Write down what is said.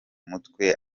mutwe